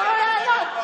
לא הוגן.